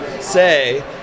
say